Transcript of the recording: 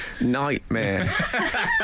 nightmare